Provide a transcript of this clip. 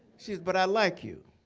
she goes. but i like you.